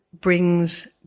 brings